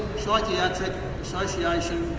psychiatric association